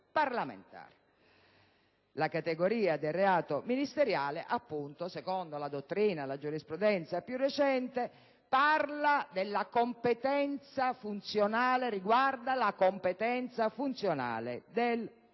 La categoria del reato ministeriale, secondo la dottrina e la giurisprudenza più recente, riguarda la competenza funzionale del soggetto,